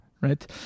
Right